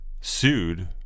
sued